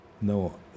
No